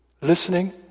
listening